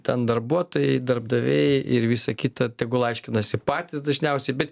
ten darbuotojai darbdaviai ir visa kita tegul aiškinasi patys dažniausiai bet